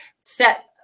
set